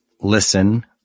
listen